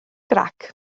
grac